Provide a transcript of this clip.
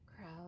crowd